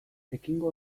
pekingo